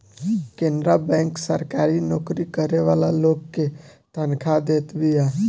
Canara bank सरकारी नोकरी करे वाला लोग के तनखा देत बिया